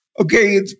okay